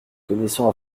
connaissant